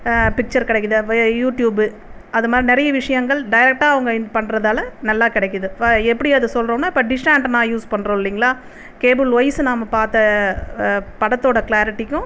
picture கிடைக்கிது YouTube அதுமாதிரி நிறைய விஷயங்கள் டேரக்ட்டா அவங்க பண்றதால் நல்லா கெடைக்கிது இப்ப எப்படி அதை சொல்றோன்னா இப்ப டிஷ் ஆண்ட்டனா யூஸ் பண்றோம் இல்லீங்களா கேபிள்வைஸு நாம பார்த்த படத்தோட கிளாரிட்டிக்கும்